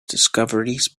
discoveries